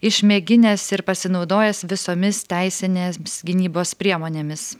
išmėginęs ir pasinaudojęs visomis teisinės gynybos priemonėmis